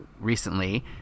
recently